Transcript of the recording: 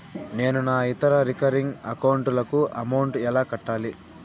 నేను నా ఇతర రికరింగ్ అకౌంట్ లకు అమౌంట్ ఎలా కట్టాలి?